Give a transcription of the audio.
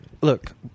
look